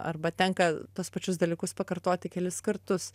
arba tenka tuos pačius dalykus pakartoti kelis kartus